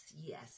Yes